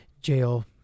Jail